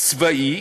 צבאי